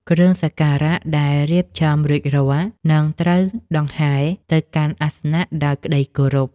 គ្រឿងសក្ការៈដែលរៀបចំរួចរាល់នឹងត្រូវដង្ហែទៅកាន់អាសនៈដោយក្តីគោរព។